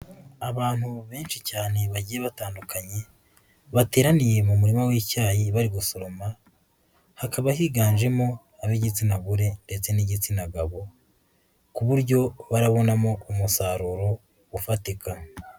Abantu benshi cyane bagiye batandukanye bateraniye mu murima w'icyayi bari gusoroma, hakaba higanjemo ab'igitsina gore ndetse n'igitsina gabo, ku buryo barabonamo umusaruro ufatika.